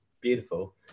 beautiful